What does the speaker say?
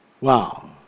wow